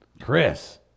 Chris